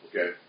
okay